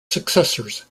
successors